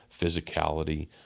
physicality